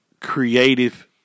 creative